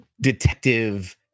detective